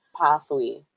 pathway